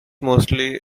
mostly